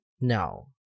No